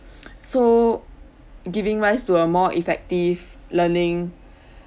so giving rise to a more effective learning